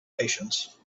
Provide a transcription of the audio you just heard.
patience